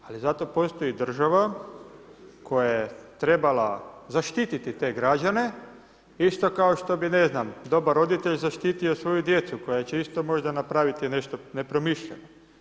Ali zato postoji država koja je trebala zaštititi te građane isto kao što bi dobar roditelj zaštitio svoju djeca koja će isto možda napraviti nešto nepromišljeno.